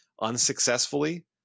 unsuccessfully